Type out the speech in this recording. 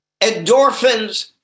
endorphins